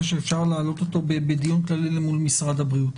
שאפשר להעלות אותו בדיון כללי אל מול משרד הבריאות.